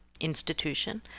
institution